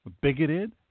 bigoted